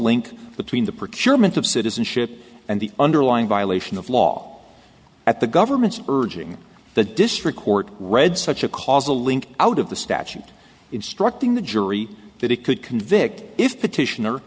link between the procurement of citizenship and the underlying violation of law at the government's urging the district court read such a causal link out of the statute instructing the jury that it could convict if petition